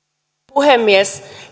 puhemies